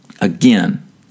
Again